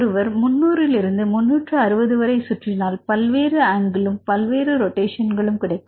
ஒருவர் 300 லிருந்து 360 வரை சுற்றினால் பல்வேறு ஆங்கிளும் பல்வேறு ரொட்டேஷன்களும் கிடைக்கும்